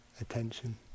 attention